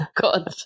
God